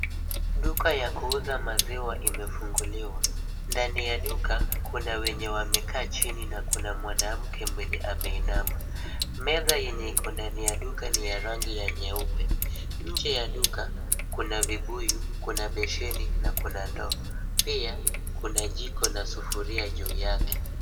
Duka ya kuuza maziwa imefunguliwa. Ndani ya duka kuna wenye wamekaa chini na kuna mwanamke mwenye ameinama. Meza yenye iko ndani ya duka ni ya rangi ya nyeupe. Nje ya duka kuna vibuyu, kuna besheni na kuna ndoo. Pia kuna jiko na sufuria juu yake.